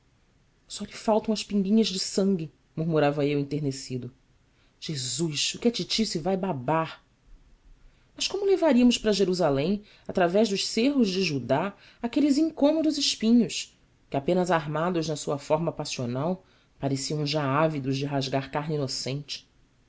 só lhe faltam as pinguinhas de sangue murmurava eu enternecido jesus o que a titi se vai babar mas como levaríamos para jerusalém através dos cerros de judá aqueles incômodos espinhos que apenas armados na sua forma passional pareciam já ávidos de rasgar carne inocente